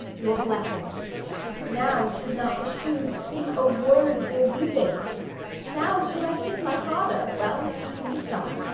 your blessing now should not the shoe speak a word for weeping now should i kiss my father well, he weeps on.